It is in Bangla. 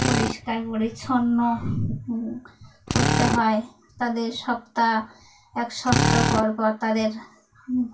পরিষ্কার পরিচ্ছন্ন ক করতে হয় তাদের সপ্তাহ এক সপ্তাহ পর পর তাদের